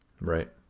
Right